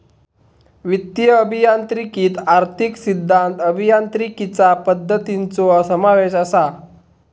वित्तीय अभियांत्रिकीत आर्थिक सिद्धांत, अभियांत्रिकीचा पद्धतींचो समावेश असा